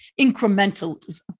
incrementalism